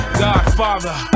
godfather